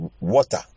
water